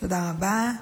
תודה רבה.